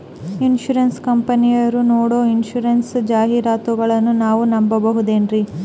Insurance ಕಂಪನಿಯರು ನೀಡೋ insurance ಜಾಹಿರಾತುಗಳನ್ನು ನಾವು ನಂಬಹುದೇನ್ರಿ?